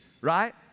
right